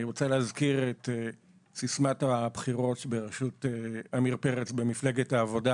אני רוצה להזכיר את סיסמת הבחירות בראשות עמיר פרץ במפלגת העבודה